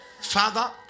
Father